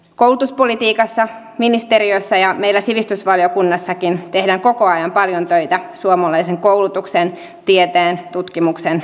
koulutuspolitiikassa ministeriössä ja meillä sivistysvaliokunnassakin tehdään koko ajan paljon töitä suomalaisen koulutuksen tieteen tutkimuksen hyväksi